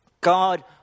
God